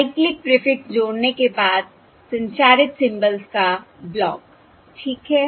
cyclic prefix जोड़ने के बाद संचारित सिंबल्स का ब्लॉक ठीक है